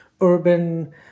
urban